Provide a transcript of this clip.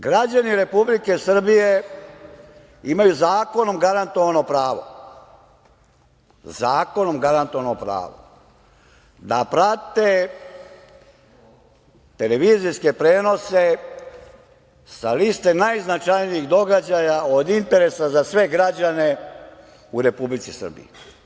Građani Republike Srbije imaju zakonom garantovano pravo da prate televizijske prenose sa liste najznačajnijih događaja od interesa za sve građane u Republici Srbiji.